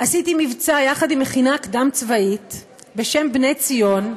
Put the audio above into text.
עשיתי מבצע יחד עם מכינה קדם-צבאית בשם "בני-ציון"